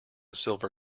silver